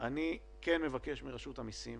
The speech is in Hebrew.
אני כן מבקש מרשות המסים: